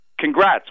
congrats